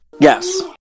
Yes